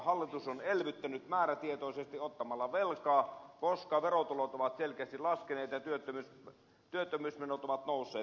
hallitus on elvyttänyt määrätietoisesti ottamalla velkaa koska verotulot ovat selkeästi laskeneet ja työttömyysmenot ovat nousseet